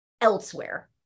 elsewhere